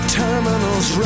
terminals